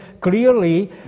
clearly